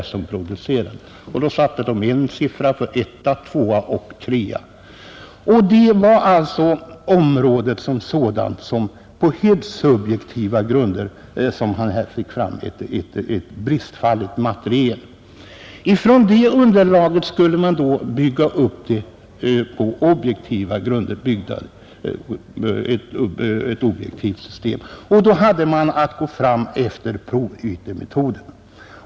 De satte en siffra — 1, 2, eller 3 — för varje produkt inom området allt efter grödan, efter den okulära uppskattning som gjordes. Man fick alltså på området som sådant och på helt subjektiva grunder fram det material, som man sedan skulle bygga upp till ett objektivt grundsystem. Man byggde ett system enligt den s.k. provytemetoden.